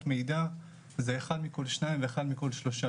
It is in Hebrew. מידע וזה אחד מכול שתיים ואחד מכל שלושה,